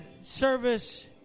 service